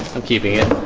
i'm keeping it